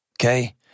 Okay